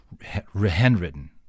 handwritten